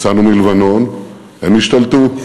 יצאנו מלבנון, הם השתלטו.